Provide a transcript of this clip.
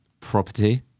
property